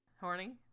Horny